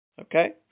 Okay